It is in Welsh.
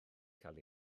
cael